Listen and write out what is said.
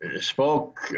spoke